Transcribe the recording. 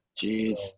Jeez